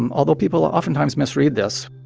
um although people oftentimes misread this,